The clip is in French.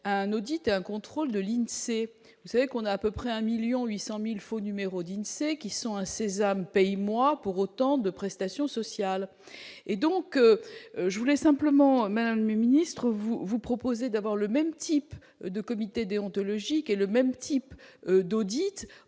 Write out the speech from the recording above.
un auditeur, contrôle de l'INSEE, vous savez qu'on a à peu près un 1000000 800 1000 faux numéro digne c'est qui sont un sésame pays moi pour autant de prestations sociales et donc je voulais simplement Madame le ministre, vous, vous proposez d'avoir le même type de comité déontologique et le même type d'audits